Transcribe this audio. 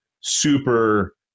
super